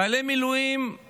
חיילי מילואים הם